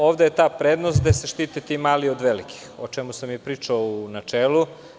Ovde je ta prednost gde se štite mali od velikih, a o tome sam i pričao u načelu.